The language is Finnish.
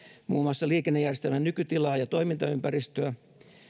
muun muassa liikennejärjestelmän nykytilaa ja toimintaympäristöä